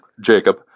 jacob